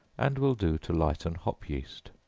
and will do to lighten hop yeast.